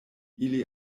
ili